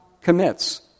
commits